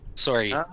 Sorry